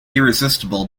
irresistible